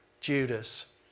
Judas